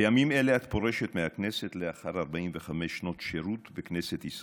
בימים אלה את פורשת מהכנסת לאחר 45 שנות שירות בכנסת ישראל,